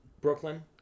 Brooklyn